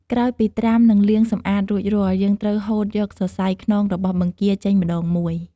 ក្រោយពីត្រាំ និងលាងសម្អាតរួចរាល់ យើងត្រូវហូតយកសរសៃខ្នងរបស់បង្គាចេញម្ដងមួយ។